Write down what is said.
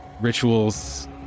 rituals